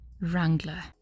Wrangler